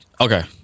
Okay